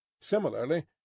Similarly